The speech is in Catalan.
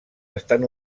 estan